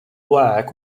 work